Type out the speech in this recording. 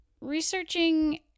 researching